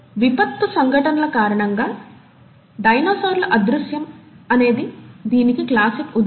విపత్తు సంఘటనల కారణంగా డైనోసార్ల అదృశ్యం అనేది దీనికి క్లాసిక్ ఉదాహరణ